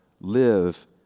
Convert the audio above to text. live